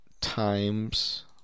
times